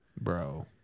bro